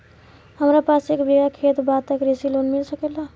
हमरा पास एक बिगहा खेत बा त कृषि लोन मिल सकेला?